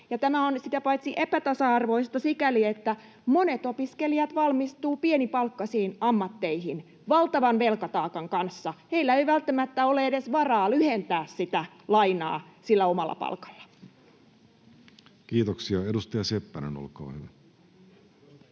Tämä on sitä paitsi epätasa-arvoista sikäli, että monet opiskelijat valmistuvat pienipalkkaisiin ammatteihin valtavan velkataakan kanssa. Heillä ei välttämättä ole edes varaa lyhentää sitä lainaa sillä omalla palkalla. Kiitoksia. — Edustaja Seppänen, olkaa hyvä.